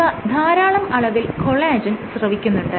ഇവ ധാരാളം അളവിൽ കൊളാജെൻ സ്രവിക്കുന്നുണ്ട്